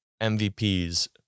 MVPs